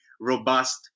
robust